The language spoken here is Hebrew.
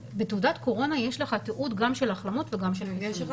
בתעודת קורונה יש לך תיעוד גם של החלמות וגם של חיסונים.